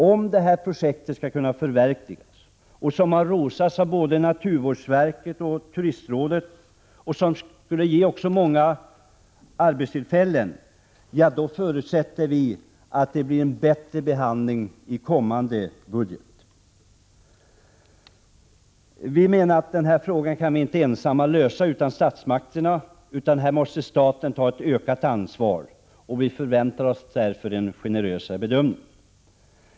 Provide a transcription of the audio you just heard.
För att man skall kunna förverkliga detta projekt, som har rosats av både naturvårdsverket och turistrådet och som dessutom skulle ge många arbetstillfällen, förutsätts en bättre behandling i kommande budget. Vi menar att vi inte ensamma kan lösa denna fråga, utan här måste staten ta ökat ansvar. Vi förväntar oss därför en mera generös bedömning.